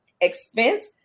expense